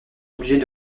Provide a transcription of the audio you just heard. obligés